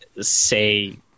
say